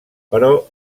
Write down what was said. però